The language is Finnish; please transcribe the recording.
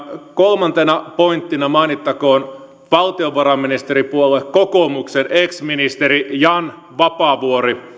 kolmantena pointtina mainittakoon valtiovarainministeripuolue kokoomuksen ex ministeri jan vapaavuori